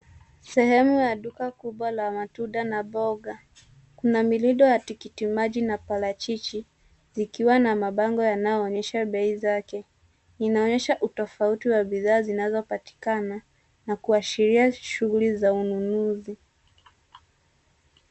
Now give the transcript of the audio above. Sehemu ya duka kubwa la matunda na mboga. Kuna mirindo ya tikitimaji na parachichi, zikiwa na mabango yanayoonyesha bei zake. Inaonyesha utofauti wa bidhaa zinazopatikana na kuashiria shughuli za ununuzi.